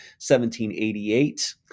1788